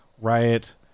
riot